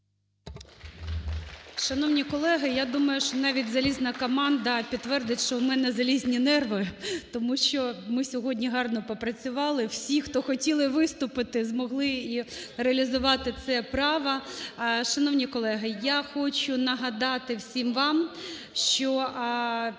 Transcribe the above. Шановні колеги, я думаю, що навіть залізна команда підтвердить, що в мене залізні нерви, тому що ми сьогодні гарно попрацювали. Всі, хто хотіли виступити змогли реалізувати це право. Шановні колеги, я хочу нагадати всім вам, що у